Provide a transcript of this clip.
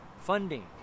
funding